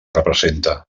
representa